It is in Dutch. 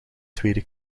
tweede